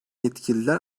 yetkililer